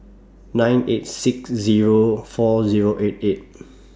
nine eight six Zero four Zero eight eight